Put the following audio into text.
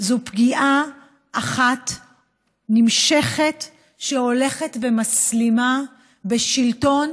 זה פגיעה אחת נמשכת שהולכת ומסלימה בשלטון